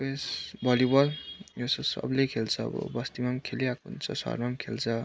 उयस भलिबल यो स सबले खेल्छ बस्तीमा पनि खेलिरहेको हुन्छ सहरमा पनि खेल्छ